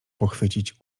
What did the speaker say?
pochwycić